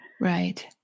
Right